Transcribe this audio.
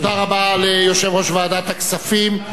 תודה רבה ליושב-ראש ועדת הכספים.